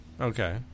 Okay